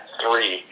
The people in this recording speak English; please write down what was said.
three